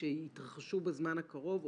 שיתרחשו בזמן הקרוב?